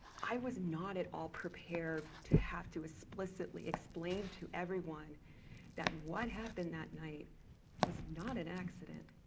i was not at all prepared to have to explicitly explain to everyone that what happened that night was not an accident.